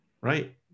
right